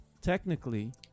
technically